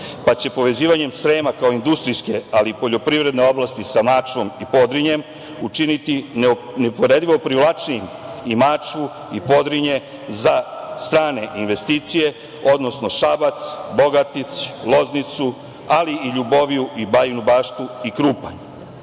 pa će povezivanjem Srema kao industrijske ali i poljoprivredne oblasti sa Mačvom i Podrinjem, učiniti neuporedivo privlačnijim i Mačvu i Podrinje za strane investicije, odnosno Šabac, Bogatić, Loznicu, ali i Ljuboviju i Bajinu Baštu i Krupanj,